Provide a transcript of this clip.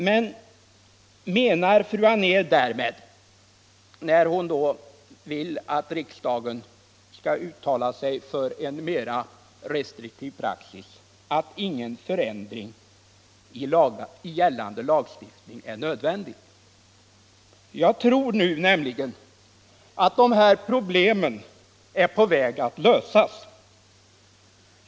Men menar fru Anér, när hon vill att riksdagen skall uttala sig för en mer restriktiv praxis, att ingen förändring i gällande lagstiftning är nödvändig? Jag tror nämligen att det här problemet nu är på väg att lösas.